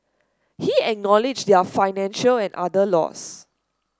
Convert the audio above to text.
he acknowledged their financial and other loss